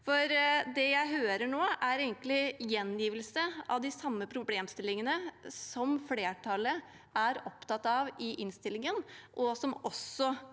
vet. Det jeg hører nå, er egentlig en gjengivelse av de samme problemstillingene som flertallet er opptatt av i innstillingen, og som også